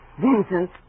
Vincent